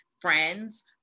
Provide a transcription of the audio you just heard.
friends